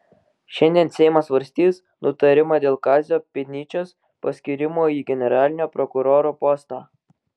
šiandien seimas svarstys nutarimą dėl kazio pėdnyčios paskyrimo į generalinio prokuroro postą